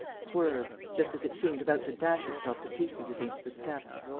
swerved, just as it seemed about to dash itself to pieces against the steps,